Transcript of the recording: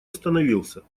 остановился